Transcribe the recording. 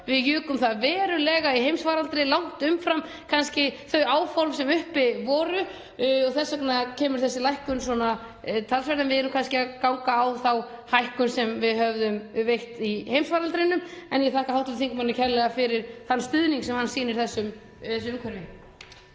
Við jukum það verulega í heimsfaraldri, kannski langt umfram þau áform sem uppi voru og þess vegna kemur þessi lækkun — við erum kannski að ganga á þá hækkun sem við veittum í heimsfaraldrinum. En ég þakka hv. þingmanni kærlega fyrir þann stuðning sem hann sýnir þessu umhverfi.